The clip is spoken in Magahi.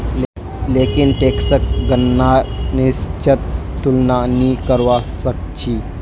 लेकिन टैक्सक गणनार निश्चित तुलना नी करवा सक छी